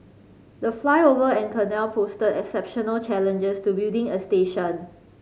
the flyover and canal posed exceptional challenges to building a station